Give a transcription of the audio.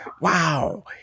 wow